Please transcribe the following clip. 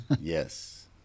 Yes